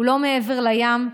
הוא לא מעבר לים,